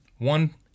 One